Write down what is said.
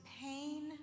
pain